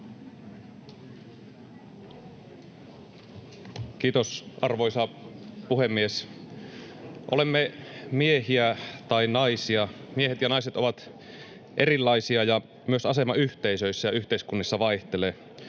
Kiitos, arvoisa puhemies! Olemme miehiä tai naisia. Miehet ja naiset ovat erilaisia, ja myös asema yhteisöissä ja yhteiskunnissa vaihtelee.